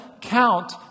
count